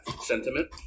sentiment